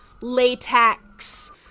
latex